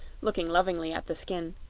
looking lovingly at the skin